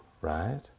right